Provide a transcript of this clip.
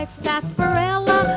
sarsaparilla